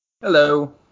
Hello